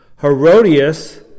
Herodias